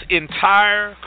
entire